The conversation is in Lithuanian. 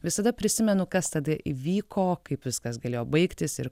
visada prisimenu kas tada įvyko kaip viskas galėjo baigtis ir